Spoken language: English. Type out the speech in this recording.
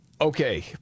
Okay